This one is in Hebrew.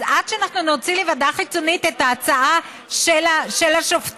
אז עד שאנחנו נוציא לוועדה חיצונית את ההצעה של השופטים,